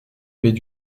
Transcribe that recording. baies